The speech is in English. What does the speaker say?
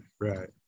right